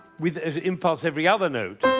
with an impulse every other note.